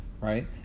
right